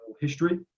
history